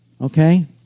Okay